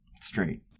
Straight